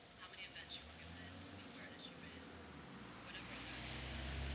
how many events you organize, how much awareness you raise, or whatever other activities.